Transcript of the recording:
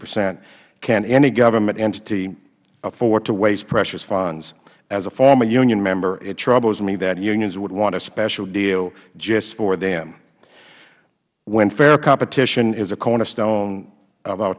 percent can any government entity afford to waste precious funds as a former union member it troubles me that unions would want a special deal just for them when fair competition is a cornerstone of